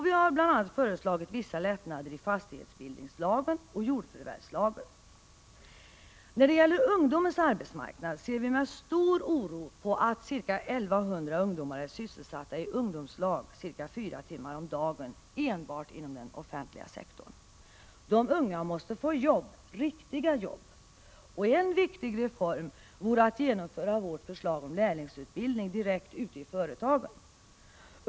Vi har bl.a. föreslagit vissa lättnader i fastighetsbildningslagen och jordförvärvslagen. När det gäller ungdomens arbetsmarknad ser vi med stor oro på att ca 1 100 ungdomar är sysselsatta i ungdomslag cirka fyra timmar per dag enbart inom den offentliga sektorn. De unga måste få jobb — riktiga jobb. En viktig reform vore att genomföra vårt förslag om lärlingsutbildning direkt ute i företagen.